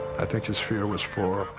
i think his fear was for